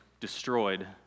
destroyed